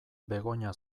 begoña